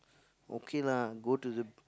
okay lah go to the